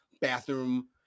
bathroom